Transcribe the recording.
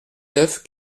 neuf